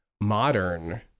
modern